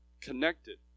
connected